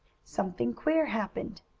something queer happened.